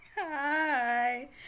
Hi